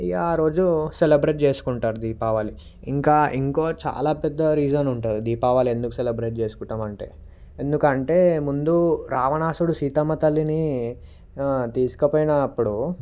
ఇక ఆ రోజు సెలబ్రేట్ చేసుకుంటారు దీపావళి ఇంకా ఇంకో చాలా పెద్ద రీజన్ ఉంటుంది దీపావళి ఎందుకు సెలబ్రేట్ చేసుకుంటామంటే ఎందుకంటే ముందు రావణాసురుడు సీతమ్మ తల్లిని తీసుకుపోయినప్పుడు